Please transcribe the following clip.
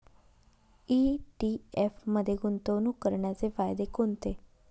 ETF मध्ये गुंतवणूक करण्याचे फायदे कोणते?